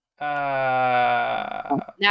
Now